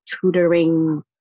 tutoring